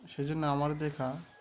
সেইজন্য আমার দেখা